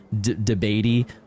debatey